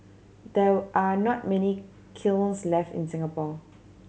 there are not many kilns left in Singapore